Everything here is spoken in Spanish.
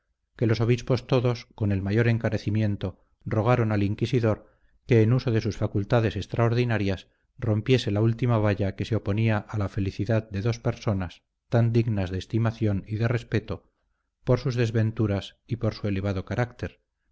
que los obispos todos con el mayor encarecimiento rogaron al inquisidor que en uso de sus facultades extraordinarias rompiese la última valla que se oponía a la felicidad de dos personas tan dignas de estimación y de respeto por sus desventuras y por su elevado carácter